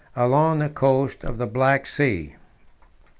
along the coast of the black sea.